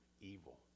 evil